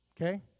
Okay